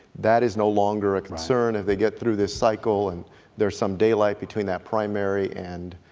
that is no longer a concern, as they get through this cycle and there's some daylight between that primary and